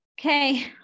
Okay